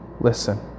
listen